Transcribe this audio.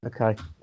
Okay